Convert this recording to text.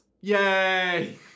Yay